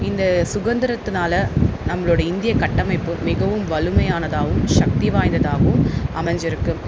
இந்த சுதந்திரத்துனால நம்மளோட இந்திய கட்டமைப்பு மிகவும் வலுமையானதாகவும் சக்தி வாய்ந்ததாகவும் அமைஞ்சிருக்கு